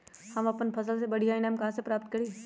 हम अपन फसल से बढ़िया ईनाम कहाँ से प्राप्त करी?